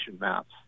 maps